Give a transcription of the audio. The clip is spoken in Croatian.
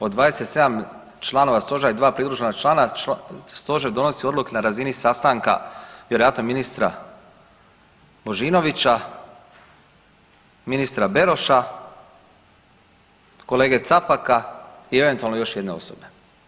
Od 27 članova Stožera i 2 pridružena člana, Stožer donosi odluke na razini sastanka, vjerojatno ministra Božinovića, ministra Beroša, kolege Capaka i eventualno još jedne osobe.